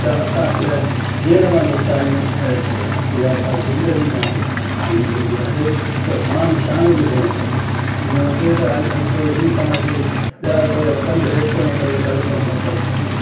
त असां जेल मां निकिता आहियूं ऐं इहा का ज़िंदगी न आहे ज़िंदगी आहे त मां निशान जी हुजणु खपे हीअं नथे त अॻिते ई पाण खे ॿिया कंध हेठि करिणो पए अहिड़ो कमु न करणु खपे